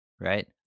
right